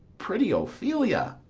pretty ophelia!